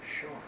Sure